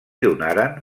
donaren